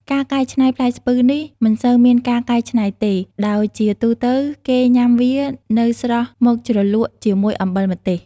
ការកៃច្នៃផ្លែស្ពឺនេះ មិនសូវមានការកៃច្នៃទេ ដោយជាទូទៅគេញ៉ាំវានៅស្រស់មកជ្រលក់ជាមួយអំបិលម្ទេស។